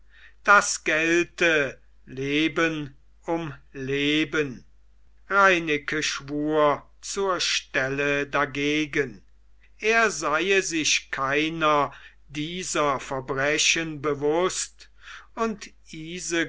das gelte leben um leben reineke schwur zur stelle dagegen er seie sich keiner dieser verbrechen bewußt und